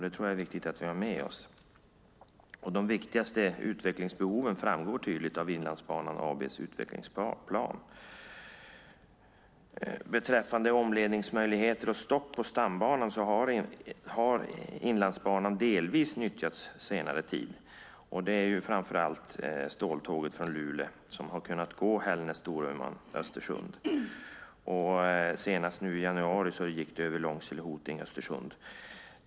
Det tror jag är viktigt att vi har med oss. De viktigaste utvecklingsbehoven framgår tydligt av Inlandsbanan AB:s utvecklingsplan. Beträffande omledningsmöjligheter och stopp på stambanan har Inlandsbanan delvis nyttjats under senare tid. Det är framför allt ståltåget från Luleå som har kunnat gå via Hällnäs, Storuman och Östersund. Senast i januari gick det över Långsele, Hoting och Östersund.